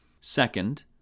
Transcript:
Second